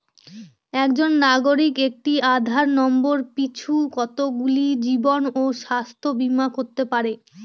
একজন নাগরিক একটি আধার নম্বর পিছু কতগুলি জীবন ও স্বাস্থ্য বীমা করতে পারে?